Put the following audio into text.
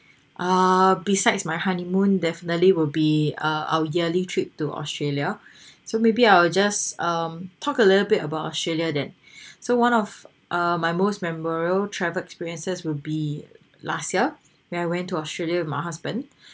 ah besides my honeymoon definitely will be uh our yearly trip to australia so maybe I'll just um talk a little bit about australia that so one of uh my most memorial travel experiences will be last year when I went to australia with my husband